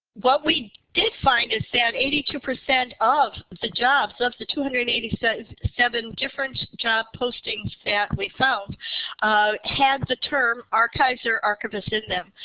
what we did find is that eighty two percent of the jobs, of the two hundred and eighty seven seven different job postings that we found had the term archives or archivist in them.